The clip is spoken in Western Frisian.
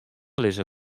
lizze